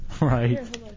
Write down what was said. right